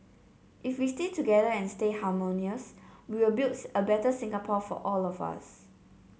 if we stay together and stay harmonious we will build a better Singapore for all of us